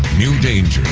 new dangers.